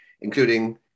including